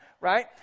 Right